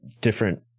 Different